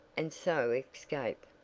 and so escape.